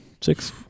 six